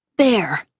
bear